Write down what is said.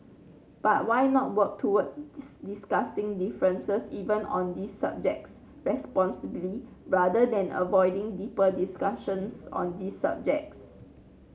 but why not work towards discussing differences even on these subjects responsibly rather than avoiding deeper discussions on these subjects